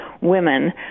women